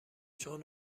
چون